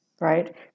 right